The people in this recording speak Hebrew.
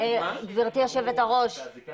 גברתי יושבת הראש --- הם אמרו שהזיקה